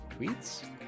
tweets